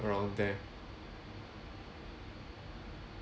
around there